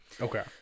Okay